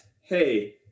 hey